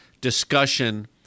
discussion